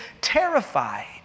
terrified